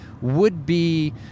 would-be